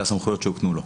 והסמכויות הוקנו לו.